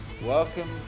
Welcome